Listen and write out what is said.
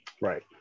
Right